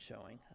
showing